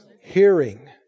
Hearing